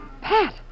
Pat